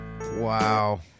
Wow